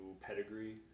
pedigree